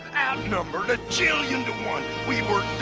outnumbered a jillion to one! we were